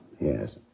Yes